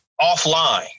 offline